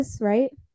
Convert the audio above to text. right